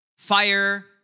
Fire